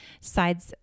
sides